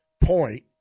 point